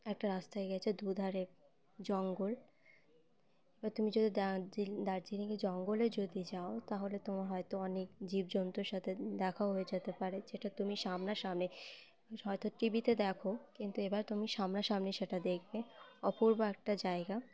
একটা রাস্তায় গেছে দুধারে জঙ্গল এবার তুমি যদি দার্জ দার্জিলিংয়ে জঙ্গলে যদি যাও তাহলে তোমার হয়তো অনেক জীবজন্তুর সাথে দেখাও হয়ে যেতে পারে যেটা তুমি সামনা সামনি হয়তো টিভিতে দেখো কিন্তু এবার তুমি সামনা সামনি সেটা দেখবে অপূর্ব একটা জায়গা